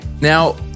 Now